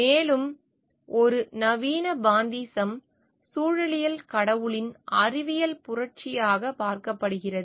மேலும் ஒரு நவீன பாந்தீசம் சூழலியல் கடவுளின் அறிவியல் புரட்சியாக பார்க்கப்படுகிறது